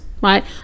Right